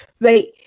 right